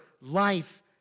life